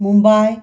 Mumbai